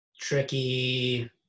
Tricky